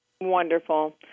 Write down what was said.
Wonderful